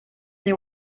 they